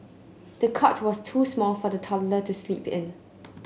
the cot was too small for the toddler to sleep in